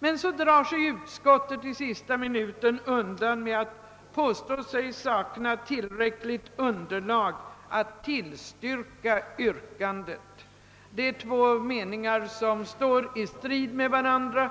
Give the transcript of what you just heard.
Utskottet drar sig emellertid i sista minuten undan genom att påstå sig sakna tillräckligt underlag för att tillstyrka motionärernas yrkande. Dessa två uttalanden i utskottets skrivning synes stå i strid mot varandra.